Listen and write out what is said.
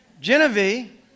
Genevieve